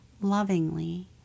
lovingly